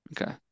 Okay